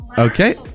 Okay